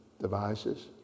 devices